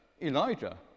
Elijah